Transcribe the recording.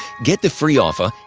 get the free offer,